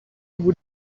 would